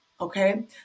okay